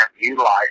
utilize